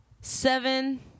Seven